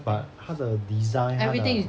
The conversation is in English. but 他的 design 他的